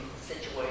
situation